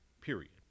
period